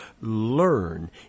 learn